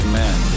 men